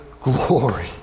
glory